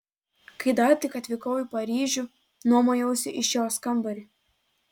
kai dar tik atvykau į paryžių nuomojausi iš jos kambarį